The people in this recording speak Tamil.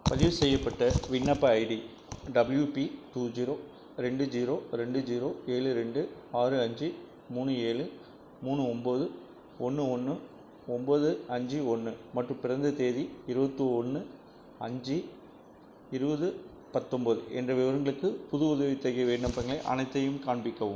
பதிவு செய்யப்பட்ட விண்ணப்ப ID W P two zero ரெண்டு ஜீரோ ரெண்டு ஜீரோ ஏழு ரெண்டு ஆறு அஞ்சு மூணு ஏழு மூணு ஒம்போது ஒன்று ஒன்று ஒம்போது அஞ்சு ஒன்று மற்றும் பிறந்த தேதி இருபத்தி ஒன்று அஞ்சு இருபது பத்தொம்போது என்ற விவரங்களுக்கு புது உதவித்தொகை விண்ணப்பங்கள் அனைத்தையும் காண்பிக்கவும்